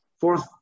Fourth